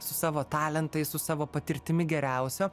su savo talentais su savo patirtimi geriausio